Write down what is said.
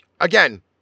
again